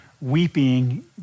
weeping